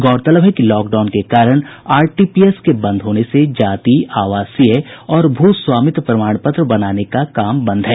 गौरतलब है कि लॉकडाउन के कारण आरटीपीएस के बंद होने से जाति आवासीय और भू स्वामित्व प्रमाण पत्र बनाने का काम बंद है